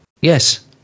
Yes